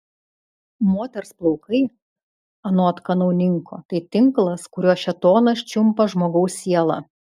moters plaukai anot kanauninko tai tinklas kuriuo šėtonas čiumpa žmogaus sielą